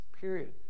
period